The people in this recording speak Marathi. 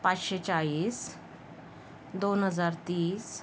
पाचशे चाळीस दोन हजार तीस